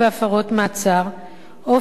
אופן ההפעלה על-ידי בית-המשפט,